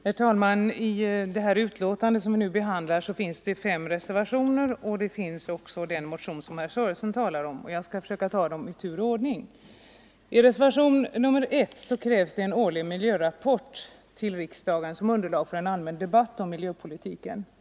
Herr talman! Vid det betänkande som vi nu behandlar är fogade fem reservationer och den motion som herr Sörenson talat om. Jag skall ta upp dem i tur och ordning. I reservationen 1 krävs att en årlig miljörapport skall överlämnas till riksdagen som underlag för en allmän debatt om miljöpolitiken.